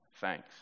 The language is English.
Thanks